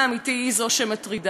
והמציאות הקשה הזאת,